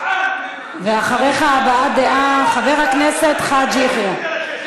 גזען, ואחריך הבעת דעה, חבר הכנסת חאג' יחיא.